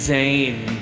Zane